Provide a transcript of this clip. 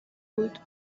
بود